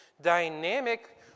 dynamic